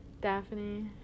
Daphne